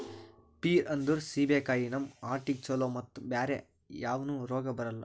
peer ಅಂದ್ರ ಸೀಬೆಕಾಯಿ ನಮ್ ಹಾರ್ಟಿಗ್ ಛಲೋ ಮತ್ತ್ ಬ್ಯಾರೆ ಯಾವನು ರೋಗ್ ಬರಲ್ಲ್